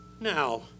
Now